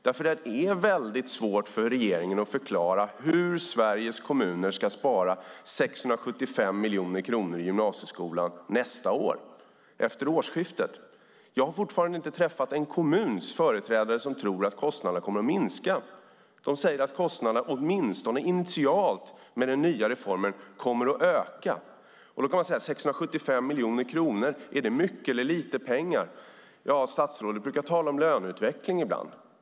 Det är nämligen väldigt svårt för regeringen att förklara hur Sveriges kommuner ska spara 675 miljoner kronor i gymnasieskolan nästa år. Jag har fortfarande inte träffat en enda kommuns företrädare som tror att kostnaderna kommer att minska. De säger att kostnaderna åtminstone initialt kommer att öka med den nya reformen. Då kan man säga: 675 miljoner kronor - är det mycket eller lite pengar? Ja, statsrådet brukar tala om löneutveckling ibland.